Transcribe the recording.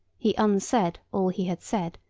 he unsaid all he had said,